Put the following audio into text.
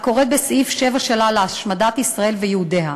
הקוראת בסעיף 7 שלה להשמדת ישראל ויהודיה.